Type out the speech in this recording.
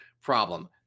problem